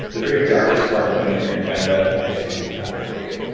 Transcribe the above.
the very darkest part of winter in canada, i just think it's bad for you,